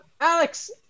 Alex